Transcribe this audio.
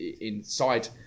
inside